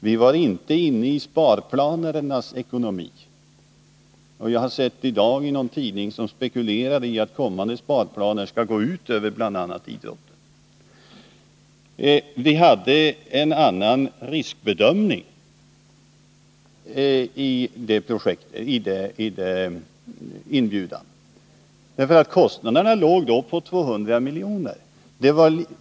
Vi var inte inne i sparplanernas ekonomi, och jag har i dag sett en artikel i en tidning som spekulerade i att kommande sparplaner skall gå ut över bl.a. idrotten. Vi hade en annan riskbedömning vid den tidigare inbjudan, ty kostnaderna låg då på 200 milj.kr.